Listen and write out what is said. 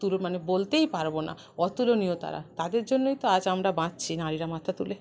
তুলো মানে বলতেই পারবো না অতুলনীয় তারা তাদের জন্যই তো আজ আমারা বাঁচছি নারীরা মাথা তুলে